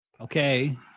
Okay